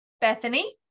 Bethany